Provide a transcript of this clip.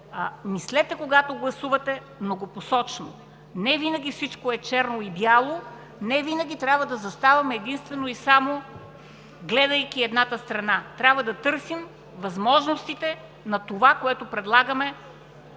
Мислете, когато гласувате, многопосочно. Невинаги всичко е черно и бяло, невинаги трябва да заставаме единствено и само, гледайки едната страна. Трябва да търсим възможностите на това, което предлагаме